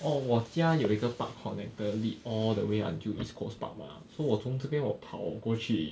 oh 我家有一个 park connector lead all the way until east coast park mah so 我从这边我跑过去